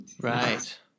Right